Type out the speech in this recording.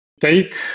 take